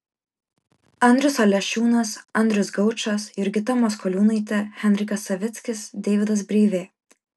andrius alešiūnas andrius gaučas jurgita maskoliūnaitė henrikas savickis deividas breivė